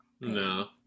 No